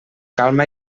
calma